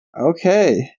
Okay